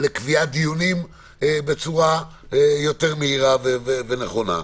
לקביעת דיונים בצורה יותר מהירה ונכונה.